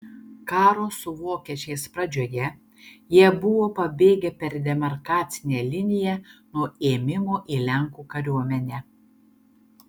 karo su vokiečiais pradžioje jie buvo pabėgę per demarkacinę liniją nuo ėmimo į lenkų kariuomenę